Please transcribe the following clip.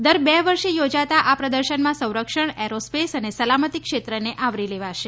દર બે વર્ષે યોજાતા આ પ્રદંશનમાં સંરક્ષણ એરોસ્પેસ અને સલામતી ક્ષેત્રેને આવરી લેવાશે